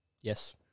Yes